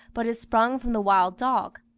but is sprung from the wild dog.